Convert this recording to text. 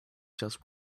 just